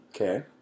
Okay